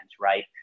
right